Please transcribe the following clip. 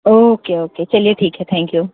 okay okay चलिए ठीक है थैंक यू